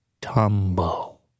tumble